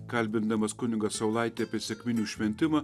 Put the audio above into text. kalbindamas kunigą saulaitį apie sekminių šventimą